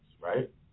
right